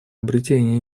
обретения